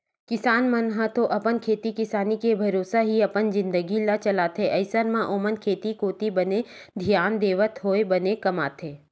किसान मन ह तो अपन खेती किसानी के भरोसा ही अपन जिनगी ल चलाथे अइसन म ओमन खेती कोती बने धियान देवत होय बने कमाथे